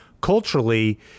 culturally